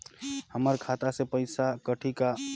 हमर खाता से पइसा कठी का?